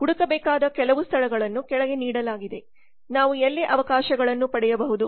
ಹುಡುಕಬೇಕಾದ ಕೆಲವು ಸ್ಥಳಗಳನ್ನು ಕೆಳಗೆ ನೀಡಲಾಗಿದೆ ನಾವು ಎಲ್ಲಿ ಅವಕಾಶಗಳನ್ನು ಪಡೆಯಬಹುದು